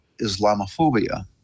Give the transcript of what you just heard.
Islamophobia